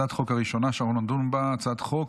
הצעת החוק הראשונה שנדון בה: הצעת חוק